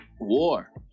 war